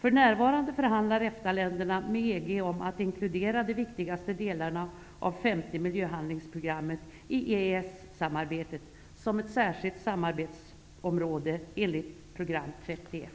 För närvarande förhandlar EFTA-länderna med EG om att inkludera de viktigaste delarna i femte miljöhandlingsprogrammet i EES-samarbetet som ett särskilt samarbetsområde enligt program 31.